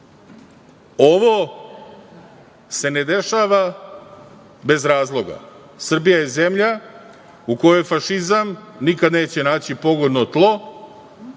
se ne dešava bez razloga. Srbija je zemlja u kojoj fašizam nikada neće naći pogodno tlo